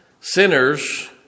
Sinners